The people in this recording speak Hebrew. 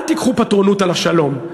אל תיקחו פטרונות על השלום.